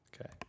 Okay